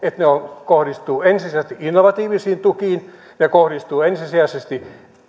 ne kohdistuvat ensisijaisesti innovatiivisiin tukiin ne kohdistuvat ensisijaisesti